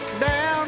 down